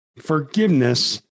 forgiveness